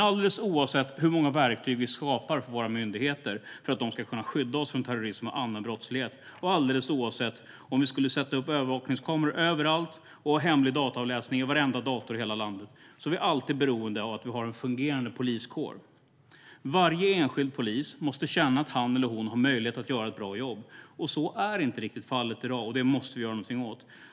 Alldeles oavsett hur många verktyg vi skapar för våra myndigheter, för att de ska kunna skydda oss från terrorism och annan brottslighet, och alldeles oavsett om vi skulle sätta upp övervakningskameror överallt och ha hemlig dataavläsning i varenda dator i hela landet är vi alltid beroende av en fungerande poliskår. Varje enskild polis måste känna att han eller hon har möjlighet att göra ett bra jobb. Så är inte riktigt fallet i dag, och det måste vi göra något åt.